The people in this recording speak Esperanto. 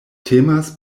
temas